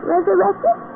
Resurrected